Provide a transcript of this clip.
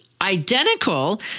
identical